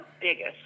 biggest